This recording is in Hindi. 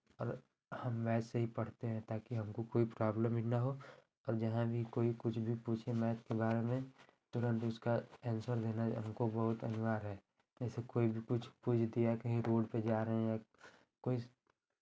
और हम मैथ से ही पढ़ते हैं ताकि हमको कोई प्रॉब्लम ही ना हो और जहाँ भी कोई कुछ भी पूछे मैथ के बारे में तुरंत उसका आंसर देना हमको बहुत अनिवार्य है जैसे कोई भी कुछ पूछ दिया कहीं रोड पे जा रहे हैं या कोई